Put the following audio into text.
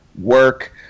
work